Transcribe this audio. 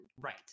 Right